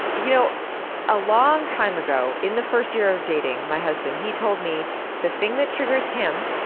you know a long time ago, in the first year of dating my husband, he told me the thing that triggers him.